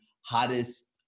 hottest